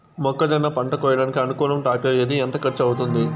మొక్కజొన్న పంట కోయడానికి అనుకూలం టాక్టర్ ఏది? ఎంత ఖర్చు అవుతుంది?